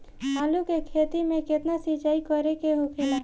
आलू के खेती में केतना सिंचाई करे के होखेला?